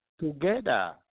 together